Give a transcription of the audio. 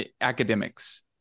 academics